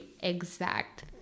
exact